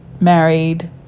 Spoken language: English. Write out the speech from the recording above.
married